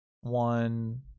one